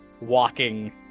walking